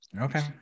Okay